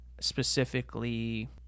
specifically